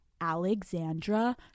Alexandra